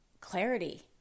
clarity